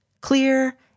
clear